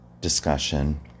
discussion